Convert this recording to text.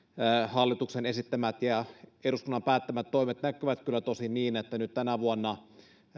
hallituksen esittämät ja eduskunnan päättämät toimet nyt näkyvät tosin niin että vaikka nyt tänä vuonna